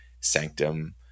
Sanctum